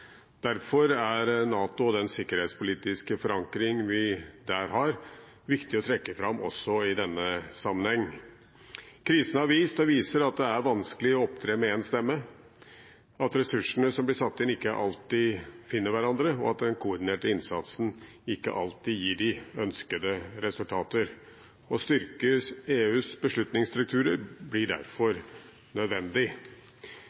Derfor er NATO og den sikkerhetspolitiske forankringen vi der har, viktig å trekke fram også i denne sammenheng. Krisen har vist og viser at det er vanskelig å opptre med én stemme, at ressursene som blir satt inn, ikke alltid finner hverandre, og at den koordinerte innsatsen ikke alltid gir de ønskede resultater. Å styrke EUs beslutningsstrukturer blir derfor nødvendig.